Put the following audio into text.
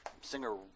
singer